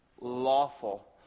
lawful